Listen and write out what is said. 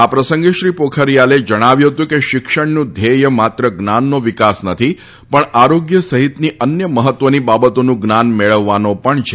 આ પ્રસંગે શ્રી પોખરીયાલે જણાવ્યું હતું કે શિક્ષણનું ધ્યેય માત્ર જ્ઞાનનો વિકાસ નથી પણ આરોગ્ય સહિતની અન્ય મહત્વની બાબતોનું જ્ઞાન મેળવવાનો પણ છે